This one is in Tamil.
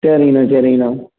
சரிங்கண்ணா சரிங்கண்ணா